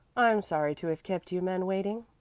i am sorry to have kept you men waiting,